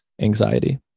anxiety